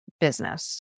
business